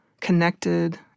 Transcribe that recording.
connected